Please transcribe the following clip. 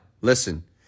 Listen